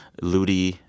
Ludi